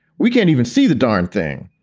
we can't even see the darn thing.